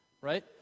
right